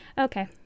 Okay